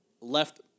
left